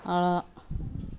அவ்ளோ தான்